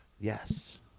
Yes